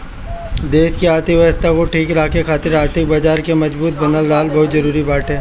देस के आर्थिक व्यवस्था के ठीक राखे खातिर आर्थिक बाजार के मजबूत बनल रहल बहुते जरुरी बाटे